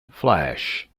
flash